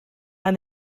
and